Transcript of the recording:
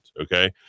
Okay